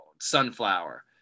Sunflower